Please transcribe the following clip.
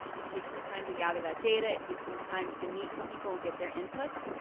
it takes some time to gather that data, it takes some time to meet with people and get their input.